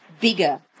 bigger